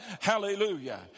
Hallelujah